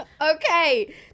okay